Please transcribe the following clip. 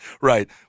Right